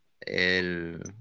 el